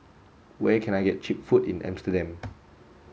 where can I get cheap food in Amsterdam